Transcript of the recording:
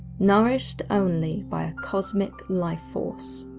nourished only by a cosmic life force.